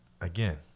again